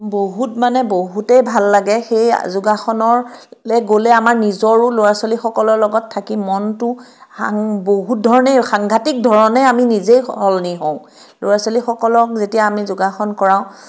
বহুত মানে বহুতেই ভাল লাগে সেই যোগাসনলৈ গ'লে আমাৰ নিজৰো ল'ৰা ছোৱালীসকলৰ লগত থাকি মনটো সাং বহুত ধৰণে সাংঘাটিক ধৰণে আমি নিজেই সলনি হওঁ ল'ৰা ছোৱালীসকলক যেতিয়া আমি যোগাসন কৰাওঁ